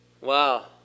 wow